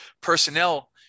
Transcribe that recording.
personnel